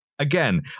Again